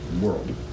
World